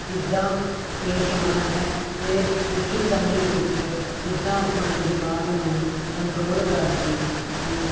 ਕਿੱਦਾਂ ਪੇਸ਼ ਆਉਣਾ ਹੈ ਅਤੇ ਮੁਸ਼ਕਿਲ ਸਮੇਂ ਵਿੱਚ ਕਿੱਦਾਂ ਆਪਣੇ ਦਿਮਾਗ ਨੂੰ ਕੰਟਰੋਲ ਕਰਕੇ ਇਹ